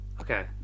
Okay